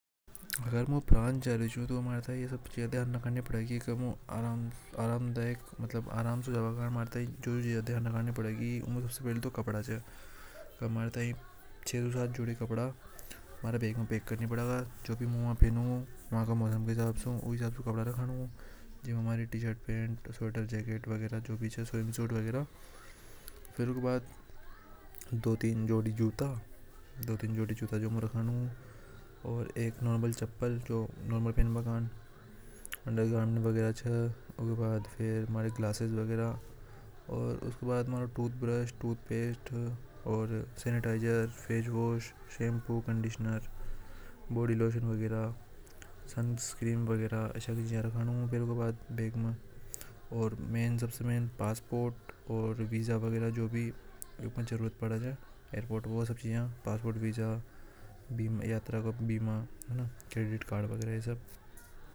अगर मु फ्रांस जरियों चू तो माई सब जीजा को डायन रखनी पड़ेगा सबसे पहली तो कपड़ा च छ से सात जोड़ी कपड़ा छ। कोट पेंट स्वेटर च और जो भी च स्विम इन सूट वगैरा दो तीन जोड़ी जूता दो तीन जोड़ी जूता जो मु रखूंगा ओर एक नॉर्मल चप्पल ऊके बाद अंडरगार्मेंट ओर मारा ग्लासेस ओर उसके बाद मारो tooth brush tooth paste sanitiser shampoo conditioner face wash body. Lotion वगैरा सनस्क्रीन वगैरा ओर मेन सबसे मेनन पासपोर्ट ऊके बाद जो भी जरूरत पड़े छ फोटो पासपोर्ट वीजा बीमा क्रेडिट कार्ड वगैरा ये सब।